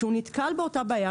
כשהוא נתקל באותה בעיה,